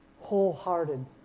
Wholehearted